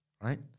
right